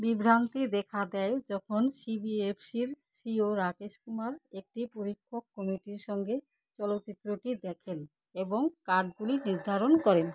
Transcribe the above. বিভ্রান্তি দেখা দেয় যখন সিবিএফসির সিইও রাকেশ কুমার একটি পরীক্ষক কমিটির সঙ্গে চলচ্চিত্রটি দেখেন এবং কাটগুলি নির্ধারণ করেন